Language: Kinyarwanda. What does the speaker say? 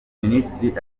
minisitiri